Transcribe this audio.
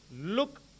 look